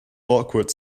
awkward